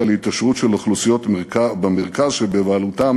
להתעשרות של אוכלוסיות במרכז שבבעלותן